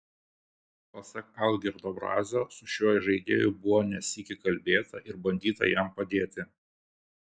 pasak algirdo brazio su šiuo įžaidėju buvo ne sykį kalbėta ir bandyta jam padėti